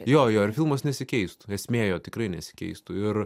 jo jo ir filmas nesikeistų esmė jo tikrai nesikeistų ir